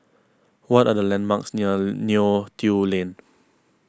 what are the landmarks near Neo Tiew Lane